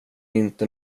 inte